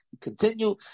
continue